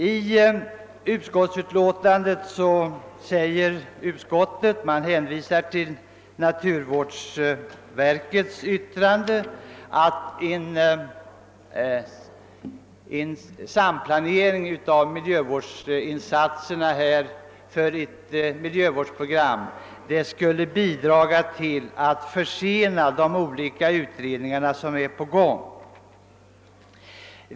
I utlåtandet hänvisar utskottet till naturvårdsverkets uttalande, att en samplanering av miljövårdsinsatserna för ett miljövårdsprogram skulle bidra till att försena de olika utredningar som är på gång.